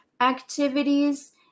activities